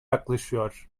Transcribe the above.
yaklaşıyor